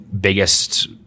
biggest